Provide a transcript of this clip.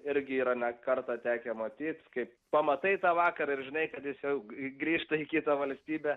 irgi yra ne kartą tekę matyt kaip pamatai tą vakarą ir žinai kad jis jau grįžta į kitą valstybę